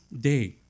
day